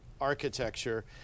architecture